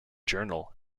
journal